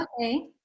Okay